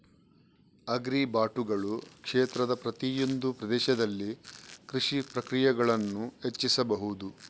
ಆಗ್ರಿಬಾಟುಗಳು ಕ್ಷೇತ್ರದ ಪ್ರತಿಯೊಂದು ಪ್ರದೇಶದಲ್ಲಿ ಕೃಷಿ ಪ್ರಕ್ರಿಯೆಗಳನ್ನು ಹೆಚ್ಚಿಸಬಹುದು